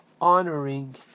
honoring